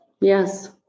Yes